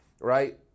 right